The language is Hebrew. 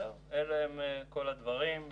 אלה כל הדברים.